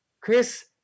Chris